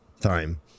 time